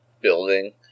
building